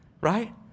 right